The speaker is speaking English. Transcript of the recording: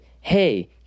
Hey